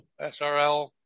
SRL